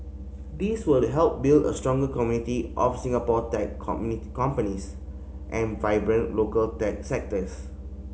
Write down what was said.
this will help build a stronger community of Singapore tech companies and a vibrant local tech sectors